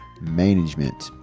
management